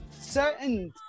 certain